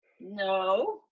No